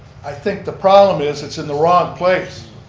i think the problem is it's in the wrong place.